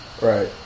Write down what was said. right